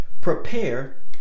prepare